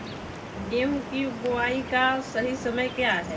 गेहूँ की बुआई का सही समय क्या है?